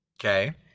Okay